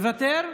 מוותר,